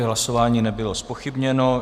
Hlasování nebylo zpochybněno.